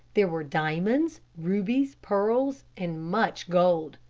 there were diamonds, rubies, pearls, and much gold.